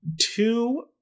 two